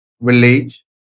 village